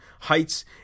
heights